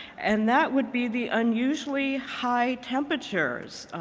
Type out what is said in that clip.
and that would be the unusually high temperatures.